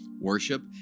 worship